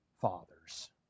fathers